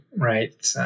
Right